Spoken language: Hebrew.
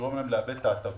שתגרום להם לאבד את ההטבה.